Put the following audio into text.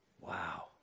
Wow